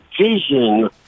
vision